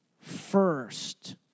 first